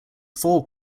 four